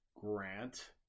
Grant